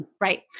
Right